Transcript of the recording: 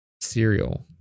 cereal